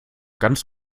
ganz